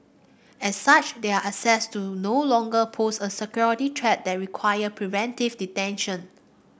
as such they are assessed to no longer pose a security threat that required preventive detention